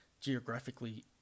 geographically